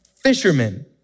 fishermen